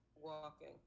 walking